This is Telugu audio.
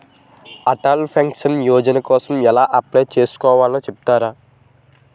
అటల్ పెన్షన్ యోజన కోసం ఎలా అప్లయ్ చేసుకోవాలో చెపుతారా?